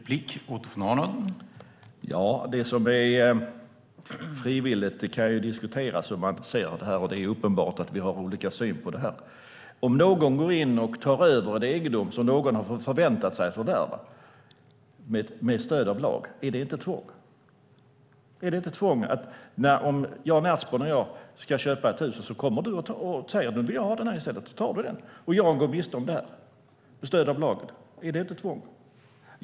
Herr talman! Vad som är frivilligt kan diskuteras och hur man ser på detta, och det är uppenbart att vi har olika syn på detta. Om någon går in och tar över en egendom som någon annan har förväntat sig att få förvärva med stöd av lagen, är det inte tvång? Om Jan Ertsborn och jag ska köpa ett hus och du, Katarina Köhler kommer och säger att du vill ha det och tar det, och vi går miste om det med stöd av lagen, är det då inte tvång?